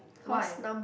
why